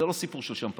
זה לא סיפור של שמפניה.